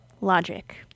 Logic